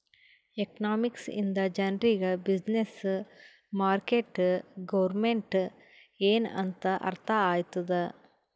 economics ಇಂದ ಜನರಿಗ್ business, market, government ಎನ್ ಅಂತ್ ಅರ್ಥ ಆತ್ತುದ್